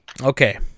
Okay